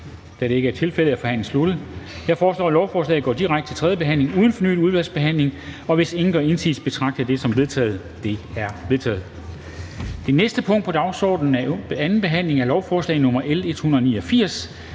(UFG))? De er vedtaget. Jeg foreslår, at lovforslaget går direkte til tredje behandling uden fornyet udvalgsbehandling. Og hvis ingen gør indsigelse, betragter jeg det som vedtaget. Det er vedtaget. --- Det næste punkt på dagsordenen er: 31) 2. behandling af lovforslag nr. L